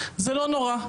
זה לא נורא.